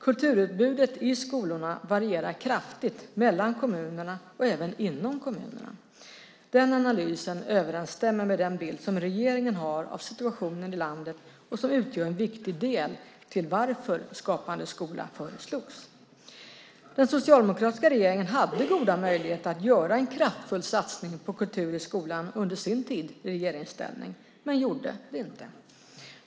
Kulturutbudet i skolorna varierar kraftigt mellan kommunerna och även inom kommunerna. Den analysen överensstämmer med den bild som regeringen har av situationen i landet och som utgör en viktig del när det gäller varför Skapande skola föreslogs. Den socialdemokratiska regeringen hade goda möjligheter att göra en kraftfull satsning på kultur i skolan under sin tid i regeringsställning men gjorde inte det.